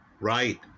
right